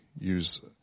use